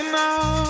now